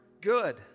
good